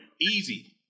easy